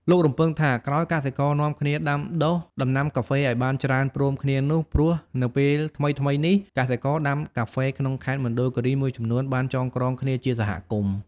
លោករំពឹងថា ក្រោយកសិករនាំគ្នាដាំដុះដំណាំការហ្វេឲ្យបានច្រើនព្រមគ្នានោះ ព្រោះនៅពេលថ្មីៗនេះ កសិករដាំការហ្វេក្នុងខេត្តមណ្ឌលគិរីមួយចំនួនបានចងក្រងគ្នាជាសមាគម។